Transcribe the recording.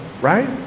right